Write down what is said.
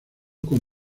con